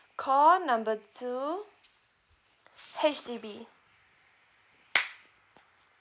call number two H_D_B